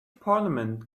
parliament